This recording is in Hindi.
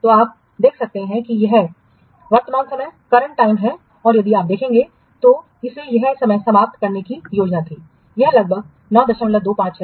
तो आप देख सकते हैं कि यह वर्तमान समयcurrent timeI है और यदि आप देखेंगे इसे इस समय समाप्त करने की योजना थी यह लगभग 925 है